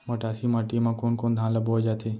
मटासी माटी मा कोन कोन धान ला बोये जाथे?